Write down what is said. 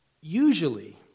usually